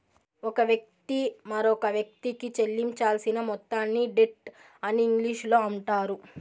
ఒక వ్యక్తి మరొకవ్యక్తికి చెల్లించాల్సిన మొత్తాన్ని డెట్ అని ఇంగ్లీషులో అంటారు